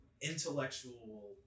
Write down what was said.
intellectual